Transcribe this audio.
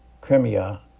Crimea